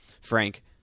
Frank